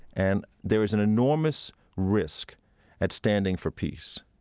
and there is an enormous risk at standing for peace,